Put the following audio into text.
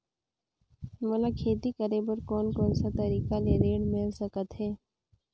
मोला खेती करे बर कोन कोन सा तरीका ले ऋण मिल सकथे?